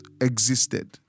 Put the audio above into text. existed